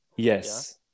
Yes